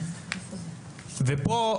ופה,